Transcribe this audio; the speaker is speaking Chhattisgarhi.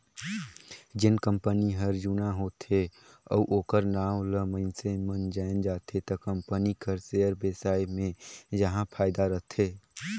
जेन कंपनी हर जुना होथे अउ ओखर नांव ल मइनसे मन जाएन जाथे त कंपनी कर सेयर बेसाए मे जाहा फायदा रथे